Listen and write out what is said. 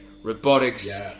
Robotics